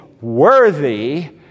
Worthy